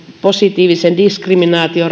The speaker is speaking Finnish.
positiivisen diskriminaation